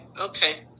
Okay